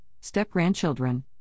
step-grandchildren